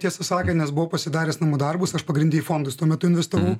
tiesą sakant nes buvau pasidaręs namų darbus aš pagrinde į fondus tuo metu investavau